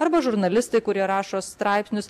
arba žurnalistai kurie rašo straipsnius